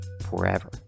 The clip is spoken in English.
forever